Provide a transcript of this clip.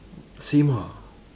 same ah